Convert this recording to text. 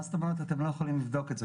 מה זאת אומרת אתם לא יכולים לבדוק את זה?